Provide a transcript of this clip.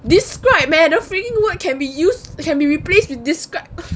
describe leh the freaking word can be used can be replaced with describe